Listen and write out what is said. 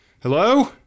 hello